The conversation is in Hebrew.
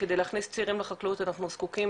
וכדי להכניס צעירים לחקלאות אנחנו זקוקים